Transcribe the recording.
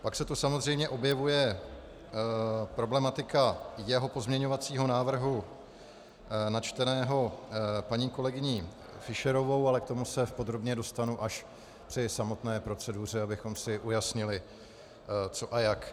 Pak se tu samozřejmě objevuje problematika jeho pozměňovacího návrhu načteného paní kolegyní Fischerovou, ale k tomu se podrobně dostanu až při samotné proceduře, abychom si ujasnili, co a jak.